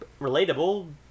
relatable